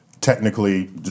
technically